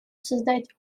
создать